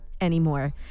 anymore